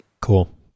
Cool